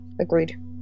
Agreed